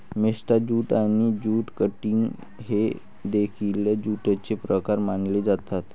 मेस्टा jute आणि jute cutting हे देखील ज्यूटचे प्रकार मानले जातात